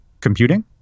computing